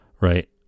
right